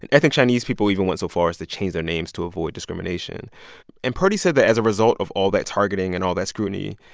and ethnic chinese people even went so far as to change their names to avoid discrimination and purdey said that as a result of all that targeting and all that scrutiny,